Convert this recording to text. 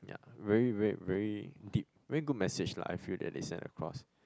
yea very very very deep very good message lah I feel that they send across